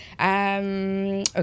Okay